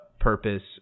purpose